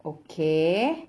okay